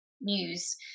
news